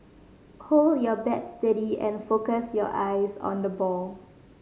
hold your bat steady and focus your eyes on the ball